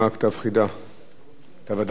אתה ודאי תבהיר לנו מה הכוונה.